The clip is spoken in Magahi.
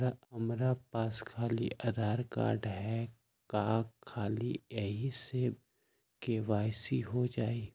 हमरा पास खाली आधार कार्ड है, का ख़ाली यही से के.वाई.सी हो जाइ?